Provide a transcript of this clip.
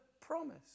promise